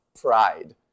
pride